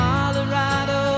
Colorado